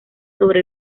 sobre